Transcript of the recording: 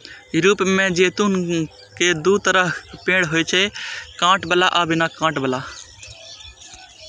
Europe मे जैतून के दू तरहक पेड़ होइ छै, कांट बला आ बिना कांट बला